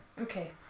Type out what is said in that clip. Okay